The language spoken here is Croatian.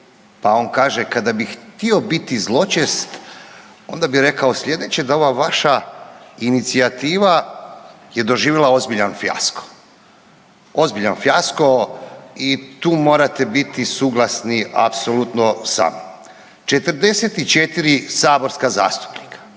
pa on kaže kada bih htio zločest onda bi rekao slijedeće da ova vaša inicijativa je doživjela ozbiljan fijasko, ozbiljan fijasko i tu morate biti suglasni apsolutno sa mnom. 44 saborska zastupnika